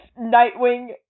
Nightwing